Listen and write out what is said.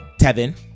Tevin